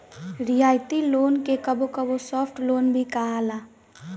रियायती लोन के कबो कबो सॉफ्ट लोन भी कहाला